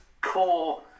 core